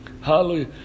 hallelujah